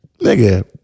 nigga